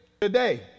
today